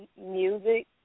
music